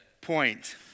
point